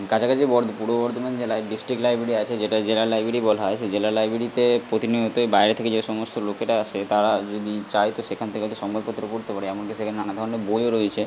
কাছাকাছিতে পূর্ব বর্ধমান জেলায় district library আছে যেটা জেলার লাইব্রেরি বলা হয় সেই জেলার লাইব্রেরিতে প্রতিনিয়তই বাইরে থেকে যে সমস্ত লোকেরা আসে তারা যদি চায় তো সেখান থেকে একটা সংবাদপত্র পড়তে পারে এমনকি সেখানে নানা ধরনের বইও রয়েছে